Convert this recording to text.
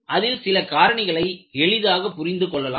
அதில் சில காரணிகளை எளிதாக புரிந்து கொள்ளலாம்